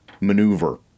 maneuver